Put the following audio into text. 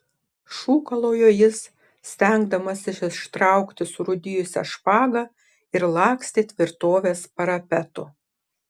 šūkalojo jis stengdamasis ištraukti surūdijusią špagą ir lakstė tvirtovės parapetu